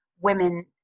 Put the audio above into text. women